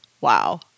Wow